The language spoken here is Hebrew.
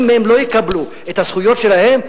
אם הם לא יקבלו את הזכויות שלהם,